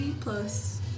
plus